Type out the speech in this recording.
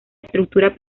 estructura